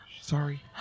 sorry